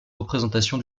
représentation